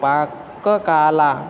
पाककला